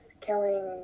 killing